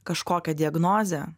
kažkokią diagnozę